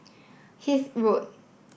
Hythe Road